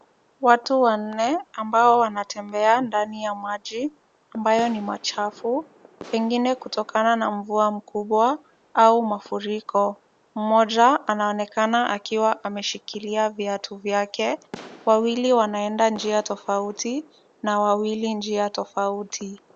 Watu wanne ambao wanatembea ndani ya maji ambayo ni machafu, pengine kutokana na mvua mkubwa au mafuriko. Mmoja anaonekana akiwa ameshikilia viatu vyake, wawili wanaenda njia tofauti na wawii njia tofauti.